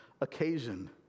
occasion